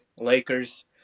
Lakers